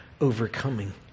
overcoming